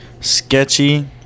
sketchy